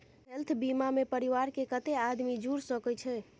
Health बीमा मे परिवार के कत्ते आदमी जुर सके छै?